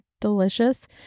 delicious